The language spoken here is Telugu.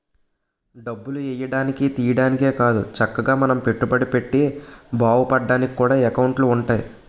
డబ్బులు ఎయ్యడానికి, తియ్యడానికే కాదు చక్కగా మనం పెట్టుబడి పెట్టి బావుపడ్డానికి కూడా ఎకౌంటులు ఉంటాయి